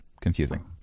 confusing